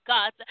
God